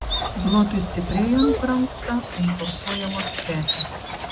zlotui stiprėjant brangsta importuojamos prekės